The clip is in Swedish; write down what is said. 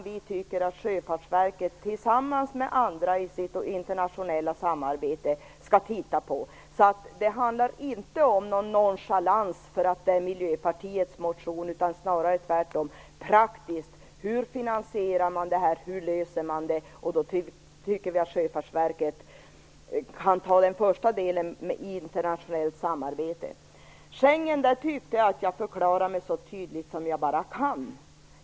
Vi tycker att Sjöfartsverket tillsammans med andra i sitt internationella samarbete skall titta på detta. Det handlar alltså inte om någon nonchalans på grund av att motionen kommer från Miljöpartiet utan är snarare tvärtom. Frågan är hur man utför uppgiften och finansierar detta, och vi tycker att Sjöfartsverket kan ta sig an den första delen i internationellt samarbete. Vad gäller Schengen förklarade jag mig så tydligt som jag kan.